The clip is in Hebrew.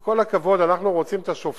עם כל הכבוד, אנחנו רוצים את השופטים,